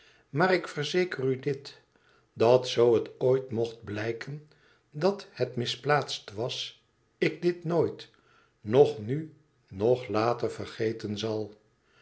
maar ik verzeker u dit dat zo het ooit mocht blijken dàt het misplaatst was ik dit nooit noch nu noch later vergeten zal